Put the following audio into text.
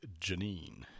Janine